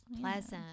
Pleasant